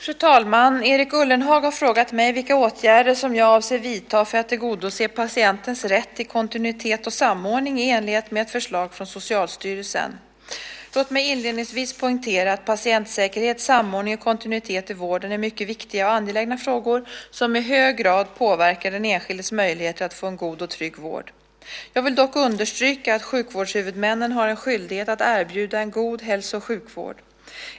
Fru talman! Erik Ullenhag har frågat mig vilka åtgärder som jag avser att vidta för att tillgodose patientens rätt till kontinuitet och samordning i enlighet med ett förslag från Socialstyrelsen. Låt mig inledningsvis poängtera att patientsäkerhet, samordning och kontinuitet i vården är mycket viktiga och angelägna frågor som i hög grad påverkar den enskildes möjligheter att få en god och trygg vård. Jag vill dock understryka att sjukvårdshuvudmännen har en skyldighet att erbjuda en god hälso och sjukvård.